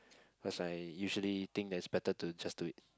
because I usually think that's better to just do it